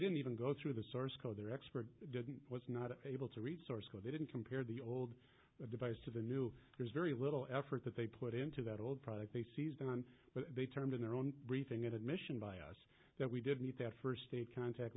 didn't even go through the source code their expert didn't was not able to read source code they didn't compare the old device to the new there's very little effort that they put into that old product they seized on but they turned in their own briefing at admission by us that we didn't have first a contact